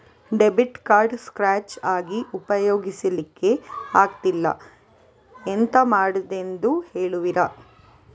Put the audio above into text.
Debit card scratch ಆಗಿ ಉಪಯೋಗಿಸಲ್ಲಿಕ್ಕೆ ಆಗ್ತಿಲ್ಲ, ಎಂತ ಮಾಡುದೆಂದು ಹೇಳುವಿರಾ?